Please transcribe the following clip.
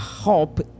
hope